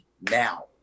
now